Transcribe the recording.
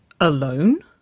Alone